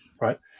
Right